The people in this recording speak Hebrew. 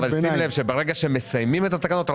אבל שים לב שברגע שמסיימים את התקנות,